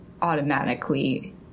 Automatically